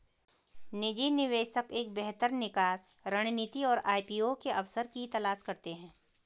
निजी निवेशक एक बेहतर निकास रणनीति और आई.पी.ओ के अवसर की तलाश करते हैं